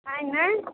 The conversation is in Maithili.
नहि नहि